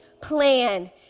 plan